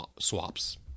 swaps